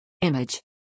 Image